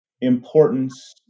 importance